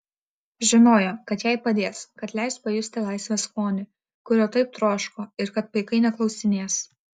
žinojo kad jai padės kad leis pajusti laisvės skonį kurio taip troško ir kad paikai neklausinės